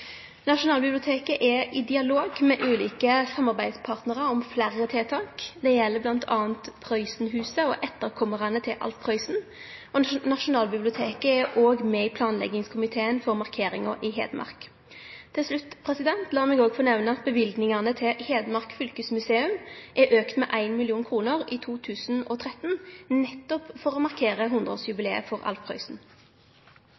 er i dialog med ulike samarbeidspartnarar om fleire tiltak. Det gjeld bl.a. Prøysenhuset og etterkommarane til Alf Prøysen. Nasjonalbiblioteket er òg med i planleggingskomiteen for markeringa i Hedmark. Til slutt; Lat meg òg nemne at løyvingane til Hedmark fylkesmuseum er auka med 1 mill. kr i 2013, nettopp for å markere